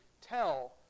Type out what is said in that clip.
tell